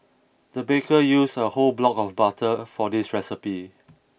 the baker used a whole block of butter for this recipe